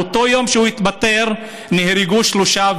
באותו היום שהוא התפטר נהרגו שלושה,